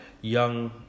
young